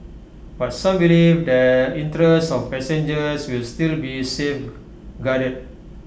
but some believe the interests of passengers will still be safeguarded